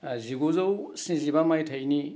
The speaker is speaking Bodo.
जिगुजौ स्निजिबा मायथाइनि